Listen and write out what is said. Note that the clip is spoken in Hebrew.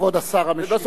כבוד השר המשיב